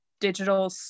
digital